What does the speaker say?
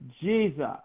Jesus